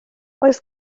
oes